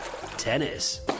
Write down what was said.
tennis